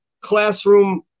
classroom